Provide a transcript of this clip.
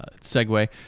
segue